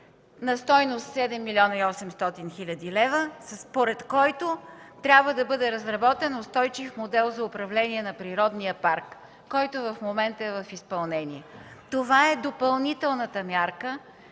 на стойност 7 млн. 800 хил. лв., според който трябва да бъде разработен устойчив модел за управление на природния парк, който в момента е в изпълнение. Това е допълнителната мярка,